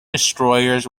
destroyers